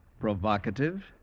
Provocative